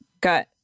got